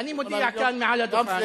אני מודיע כאן מעל הדוכן,